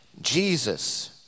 Jesus